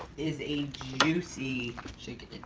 is a juicy chicken.